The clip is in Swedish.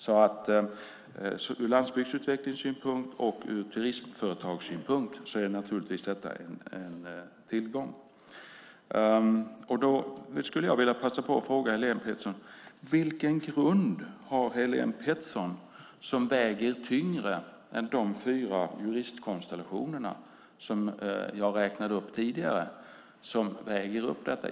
Ur landsbygdsutvecklingssynpunkt och turismföretagssynpunkt är detta alltså naturligtvis en tillgång. Jag skulle vilja passa på att fråga Helén Pettersson vilken grund hon har som väger tyngre än de fyra juristkonstellationer jag tidigare räknade upp?